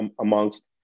amongst